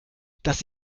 dass